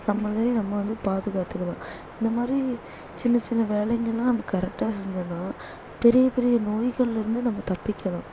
நம்மளே நம்ம வந்து பாதுக்காத்துக்கலாம் இந்தமாதிரி சின்ன சின்ன வேலைங்களெல்லாம் கரக்டாக செஞ்சோம்னால் பெரிய பெரிய நோய்கள்லிருந்து நம்ம தப்பிக்கலாம்